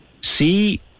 See